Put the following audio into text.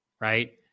right